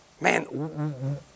Man